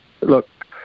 Look